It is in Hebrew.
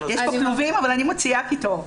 יש פה --- אבל אני מוציאה קיטור.